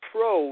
Pro